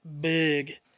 big